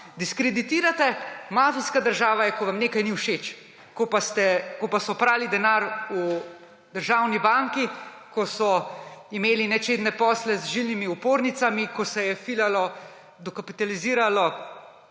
Diskreditirate. Mafijska država je, ko vam nekaj ni všeč. Ko pa so prali denar v državni banki, ko so imeli nečedne posle z žilnimi opornicami, ko se je filalo, dokapitaliziralo